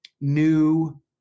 new